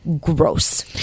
gross